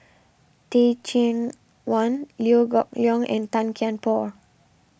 Teh Cheang Wan Liew Geok Leong and Tan Kian Por